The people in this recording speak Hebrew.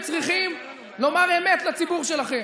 וצריכים לומר אמת לציבור שלכם,